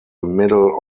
middle